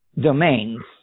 domains